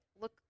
look